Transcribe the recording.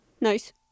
nice